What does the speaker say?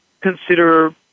consider